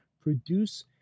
produce